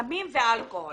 בסמים ובאלכוהול